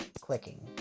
clicking